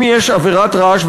אם יש עבירת רעש,